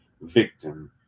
Victim